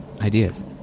Ideas